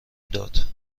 داد